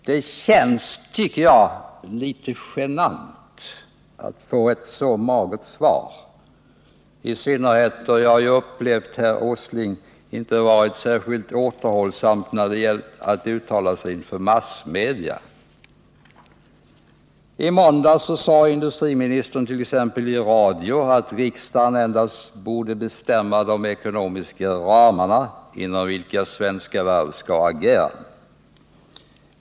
Det känns, tycker jag, litet genant att få ett så magert svar, i synnerhet då jag har upplevt att herr Åsling inte har varit särskilt återhållsam när det gällt att uttala sig inför massmedia. I måndags t.ex. sade industriministern i radio att riksdagen endast borde bestämma de ekonomiska ramar inom vilka Svenska Varv skall agera.